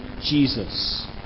Jesus